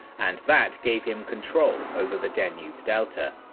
and that gave him control over the danube delta.